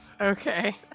Okay